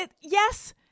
Yes